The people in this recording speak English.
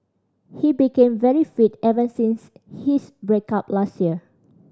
he became very fit ever since his break up last year